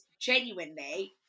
genuinely